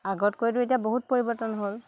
আগতকৈতো এতিয়া বহুত পৰিৱৰ্তন হ'ল